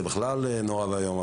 זה בכלל נורא ואיום,